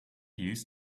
used